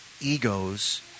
egos